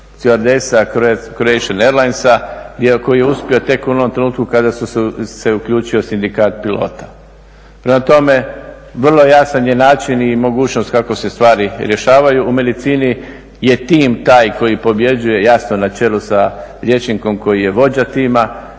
Croatia Airlinesa iako je uspio tek u onom trenutku kada se uključio Sindikat pilota. Prema tome vrlo jasan je način i mogućnost kako se stvari rješavaju. U medicini je tim taj koji pobjeđuje, jasno na čelu sa liječnikom koji je vođa tima.